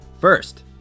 First